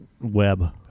web